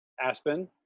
Aspen